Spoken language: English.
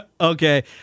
Okay